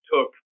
took